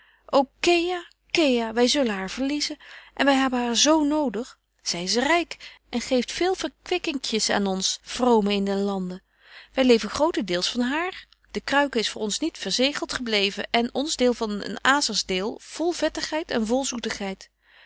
ô kéa kéa wy zullen haar verliezen en wy hebben haar zo nodig zy is ryk en geeft veel verkwikkingjes aan ons vromen in den lande wy leven grotendeels van haar de kruike is voor ons niet verzegelt gebleven en ons deel was een azers deel vol vettigheid en vol zoetigheid